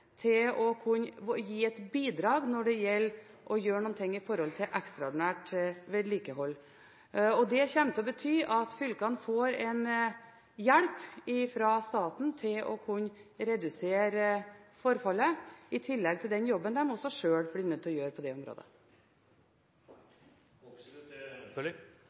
til å kunne gi et bidrag når det gjelder å gjøre noe for ekstraordinært vedlikehold. Det betyr at fylkene kommer til å få hjelp fra staten til å kunne redusere forfallet, i tillegg til den jobben de selv blir nødt til å gjøre på det